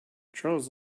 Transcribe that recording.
charles